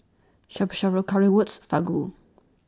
Shabu Shabu Currywurst Fugu